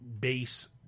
base